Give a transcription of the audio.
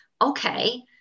Okay